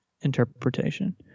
interpretation